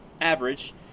average